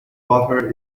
butter